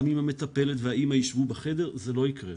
גם אם המטפלת ואימא ישבו בחדר, זה לא יקרה.